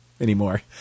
anymore